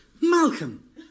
Malcolm